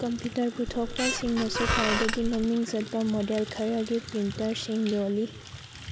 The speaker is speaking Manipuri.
ꯀꯝꯄ꯭ꯌꯨꯇꯔ ꯄꯨꯊꯣꯛꯄꯁꯤꯡꯅꯁꯨ ꯈ꯭ꯋꯥꯏꯗꯒꯤ ꯃꯃꯤꯡ ꯆꯠꯄ ꯃꯣꯗꯦꯜ ꯈꯔꯒꯤ ꯄ꯭ꯔꯤꯟꯇꯔꯁꯤꯡ ꯌꯣꯜꯂꯤ